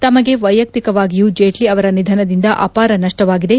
ತಮಗೆ ವೈಯಕ್ತಿಕವಾಗಿಯೂ ಜೇಟ್ಟಿ ಅವರ ನಿಧನದಿಂದ ಅಪಾರ ನಷ್ಷವಾಗಿದೆ